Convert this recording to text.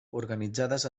organitzades